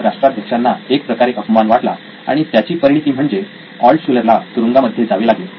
हा राष्ट्राध्यक्षांना एक प्रकारे अपमान वाटला आणि त्याची परिणीती म्हणजे ऑल्टशुलर ला तुरूंगामध्ये जावे लागले